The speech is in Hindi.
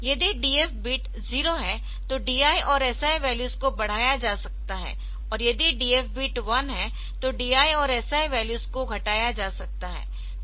यदि DF बीट 0 है तो DI और SI वैल्यूज को बढ़ाया जा सकता है और यदि DF बीट 1 है तो DI और SI वैल्यूज को घटाया जा सकता है